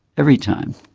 every time.